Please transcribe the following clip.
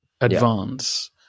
advance